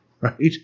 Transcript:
right